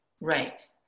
Right